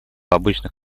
обычных